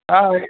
ಹಾಂ